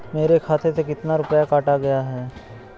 मेरे खाते से कितना रुपया काटा गया है?